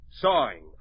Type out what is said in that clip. Sawing